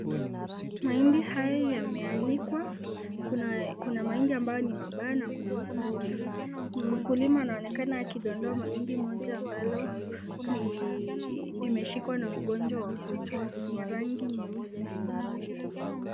Mahindi haya yameanikwa, kuna mahindi ambayo ni mabaya na kuna mazuri. Mkulima anaonekana akidondoa mahindi moja ambalo imeshikwa na ugonjwa wa kutu ni ya rangi nyeusi.